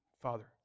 Father